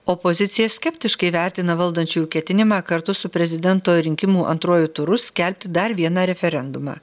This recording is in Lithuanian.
opozicija skeptiškai vertina valdančiųjų ketinimą kartu su prezidento rinkimų antruoju turu skelbti dar vieną referendumą